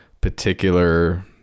particular